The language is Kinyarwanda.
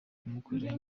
kumukorera